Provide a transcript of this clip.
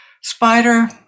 spider